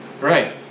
Right